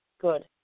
Good